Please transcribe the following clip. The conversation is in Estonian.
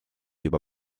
juba